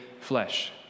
flesh